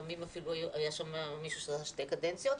לפעמים אפילו היה שם מישהו שעשה שתי קדנציות,